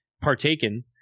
partaken